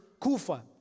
Kufa